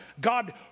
God